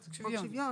שוויון.